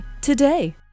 today